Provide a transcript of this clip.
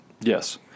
Yes